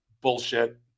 Bullshit